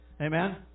Amen